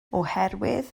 oherwydd